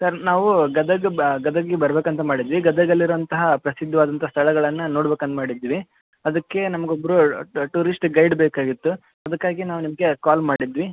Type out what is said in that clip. sir ನಾವು ಗದಗ ಬ ಗದಗಿಗೆ ಬರ್ಬೇಕೂಂತ ಮಾಡಿದಿವಿ ಗದಗಲ್ಲಿರುವಂತಹ ಪ್ರಸಿದ್ಧವಾದಂಥ ಸ್ಥಳಗಳನ್ನು ನೋಡ್ಬೇಕಂತ ಮಾಡಿದಿವಿ ಅದಕ್ಕೆ ನಮ್ಗೆ ಒಬ್ಬರು ಟೂರಿಸ್ಟ್ ಗೈಡ್ ಬೇಕಾಗಿತ್ತು ಅದಕ್ಕಾಗಿ ನಾವು ನಿಮಗೆ ಕಾಲ್ ಮಾಡಿದಿವಿ